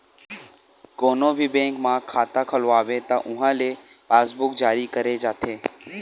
कोनो भी बेंक म खाता खोलवाबे त उहां ले पासबूक जारी करे जाथे